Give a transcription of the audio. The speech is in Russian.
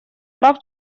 прав